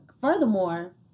Furthermore